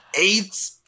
eight